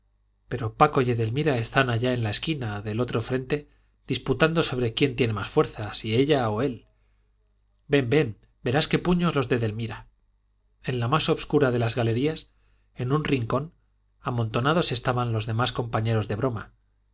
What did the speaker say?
pero paco y edelmira están allá en la esquina del otro frente disputando sobre quién tiene más fuerza si ella o él ven ven verás qué puños los de edelmira en la más obscura de las galerías en un rincón amontonados estaban los demás compañeros de broma